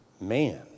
man